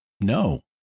No